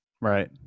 Right